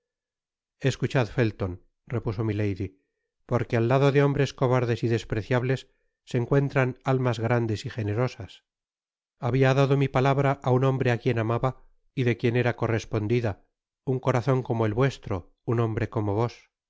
escuchad felton repuso milady porque al lado de hombres cobardes y despreciables se encuentran almas grandes y generosas habia dado mi palabra á un hombre á quien amaba y de quien era correspondida un corazon como el vuestro un hombre como vos